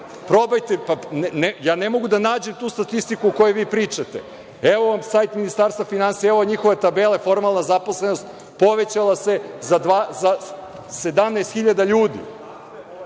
pričate? Ja ne mogu da nađem tu statistiku o kojoj vi pričate. Evo vam sajt Ministarstva finansija, evo njihove tabele, formalna zaposlenost povećala se za 17.000 ljudi.